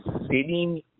sitting